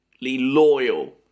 loyal